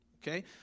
Okay